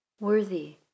worthy